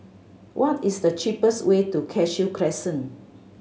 what is the cheapest way to Cashew Crescent